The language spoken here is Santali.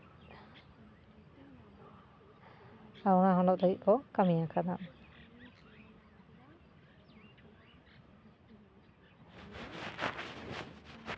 ᱦᱚᱱᱚᱛ ᱦᱟᱹᱵᱤᱡ ᱠᱚ ᱠᱟᱹᱢᱤᱭᱟᱠᱟᱫᱟ